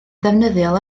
ddefnyddiol